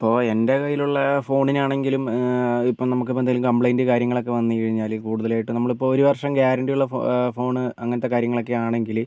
ഇപ്പോൾ എൻ്റെ കയ്യിലുള്ള ഫോണിനാണെങ്കിലും ഇപ്പോൾ നമുക്കിപ്പോൾ എന്തെങ്കിലും കമ്പ്ലൈന്റ് കാര്യങ്ങളൊക്കെ വന്നു കഴിഞ്ഞാൽ കൂടുതലായിട്ടും നമ്മളിപ്പോൾ ഒരു വർഷം ഗ്യാരണ്ടിയുള്ള ഫോ ഫോൺ അങ്ങനത്തെ കാര്യങ്ങളൊക്കെയാണെങ്കിൽ